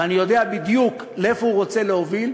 ואני יודע בדיוק לאיפה הוא רוצה להוביל.